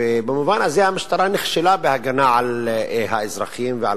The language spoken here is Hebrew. במובן זה המשטרה נכשלה בהגנה על האזרחים ועל